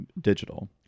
digital